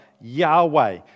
Yahweh